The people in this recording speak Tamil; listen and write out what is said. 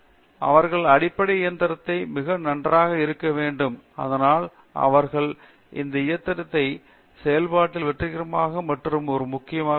எனவே அவர்கள் அடிப்படை இயந்திரத்தில் மிக நன்றாக இருக்க வேண்டும் அதனால் அவர்கள் அந்த இயந்திர செயல்பாட்டில் வெற்றிகரமான மற்றும் அது ஒரு முக்கிய உள்ளது